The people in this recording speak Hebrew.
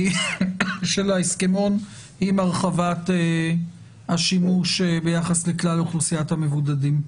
ההסכמון עם הרחבת השימוש ביחס לכלל אוכלוסיית המבודדים.